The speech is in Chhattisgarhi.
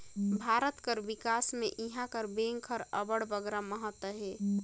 भारत कर बिकास में इहां कर बेंक कर अब्बड़ बगरा महत अहे